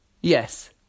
Yes